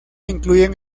incluyen